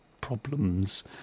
problems